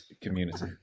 community